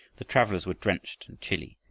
the travelers were drenched and chilly,